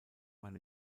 man